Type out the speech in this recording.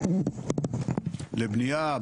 לבנייה,